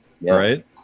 Right